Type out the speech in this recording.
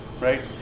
right